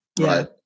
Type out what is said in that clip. Right